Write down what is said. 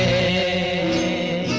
a